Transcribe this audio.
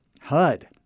HUD